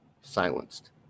silenced